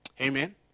Amen